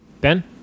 Ben